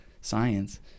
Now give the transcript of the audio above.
science